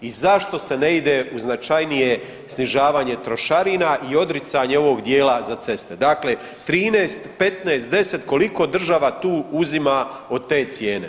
I zašto se ne ide u značajnije snižavanje trošarina i odricanje ovog dijela za ceste, dakle 13, 15, 10 koliko država tu oduzima od te cijene?